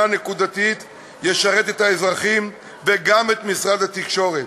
נקודתית ישרת את האזרחים וגם את משרד התקשורת,